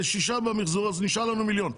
מיליון במחזור כך שנשארים לנו מיליון שקלים.